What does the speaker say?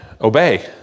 obey